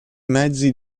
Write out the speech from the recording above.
mezzi